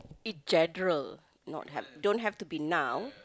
in general not have don't have to be now